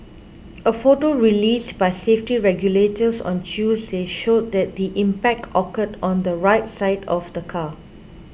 a photo released by safety regulators on Tuesday showed that the impact occurred on the right side of the car